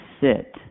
sit